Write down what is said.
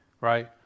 right